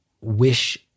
wish